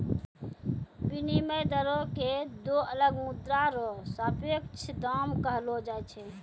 विनिमय दरो क दो अलग मुद्रा र सापेक्ष दाम कहलो जाय छै